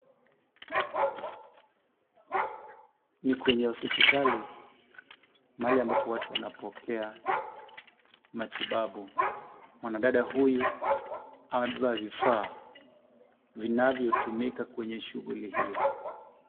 Ni kwenye hospitali mahali ambapo watu wanapokea matibabu. Mwanadada huyu amebeba vifaa vinavyotumika kwenye shughuli hiyo.